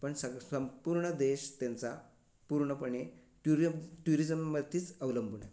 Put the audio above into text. पण सग संपूर्ण देश त्यांचा पूर्णपणे ट्यूरिअम ट्युरिजमवरतीच अवलंबून आहे